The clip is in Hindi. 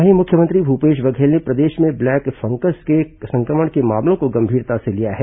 वहीं मुख्यमंत्री भूपेश बघेल ने प्रदेश में ब्लैक फंगस के संक्रमण के मामलों को गंभीरता से लिया है